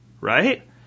right